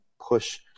push